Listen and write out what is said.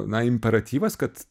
na imperatyvas kad